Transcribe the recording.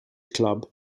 club